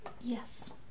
yes